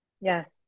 Yes